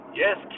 yes